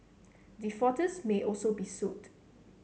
defaulters may also be sued